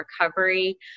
Recovery